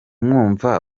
mwumva